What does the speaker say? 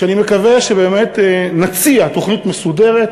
ואני מקווה שנציע תוכנית מסודרת.